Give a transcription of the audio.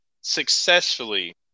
successfully